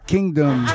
Kingdom